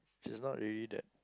she's not really that